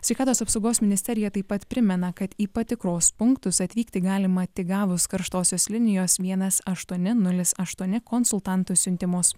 sveikatos apsaugos ministerija taip pat primena kad į patikros punktus atvykti galima tik gavus karštosios linijos vienas aštuoni nulis aštuoni konsultantų siuntimus